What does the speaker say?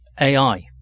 AI